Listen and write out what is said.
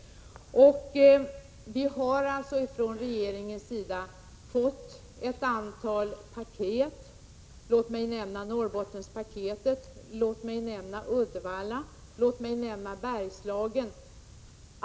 Vi har alltså från regeringens sida fått ett antal paket. Låt mig nämna Norrbottenspaketet, Uddevalla och Bergslagen.